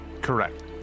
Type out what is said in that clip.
Correct